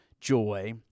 joy